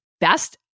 best